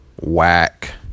Whack